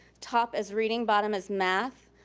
top is reading, bottom is math.